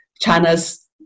China's